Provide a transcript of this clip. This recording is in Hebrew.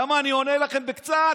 למה אני עונה לכם בקצת?